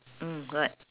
mm what